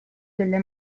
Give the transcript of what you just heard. delle